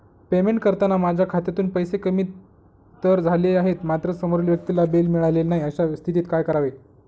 Payment करताना माझ्या खात्यातून पैसे कमी तर झाले आहेत मात्र समोरील व्यक्तीला बिल मिळालेले नाही, अशा स्थितीत काय करावे?